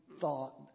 thought